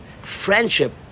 Friendship